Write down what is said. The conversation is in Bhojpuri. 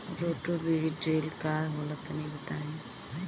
रोटो बीज ड्रिल का होला तनि बताई?